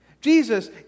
Jesus